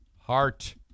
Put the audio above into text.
heart